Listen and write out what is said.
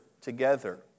together